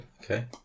Okay